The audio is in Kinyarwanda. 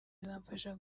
rizamfasha